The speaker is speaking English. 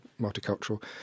multicultural